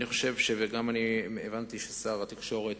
הבנתי שגם שר התקשורת